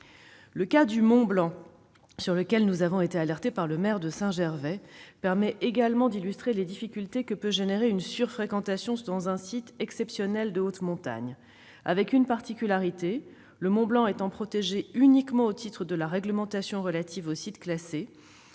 Le cas du Mont-Blanc, ensuite, sur lequel nous avons été alertés par le maire de Saint-Gervais-les-Bains, permet d'illustrer les difficultés que peut causer la sur-fréquentation d'un site exceptionnel de haute montagne. Il y a en outre une particularité : le Mont-Blanc est protégé uniquement au titre de la réglementation relative aux sites classés,